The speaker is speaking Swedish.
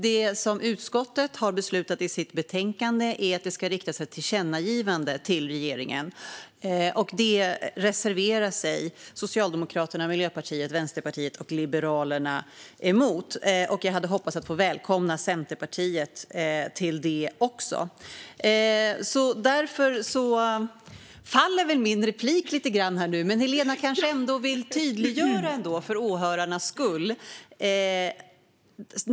Det som utskottet föreslår i sitt betänkande är att det ska riktas ett tillkännagivande till regeringen, och det reserverar sig Socialdemokraterna, Miljöpartiet, Vänsterpartiet och Liberalerna mot. Jag hade hoppats att få välkomna också Centerpartiet till detta, men där föll min replik lite grann. Dock kanske Helena ändå vill tydliggöra en sak för åhörarnas skull.